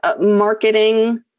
marketing